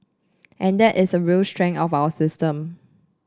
and that is a real strength of our system